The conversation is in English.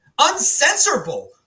uncensorable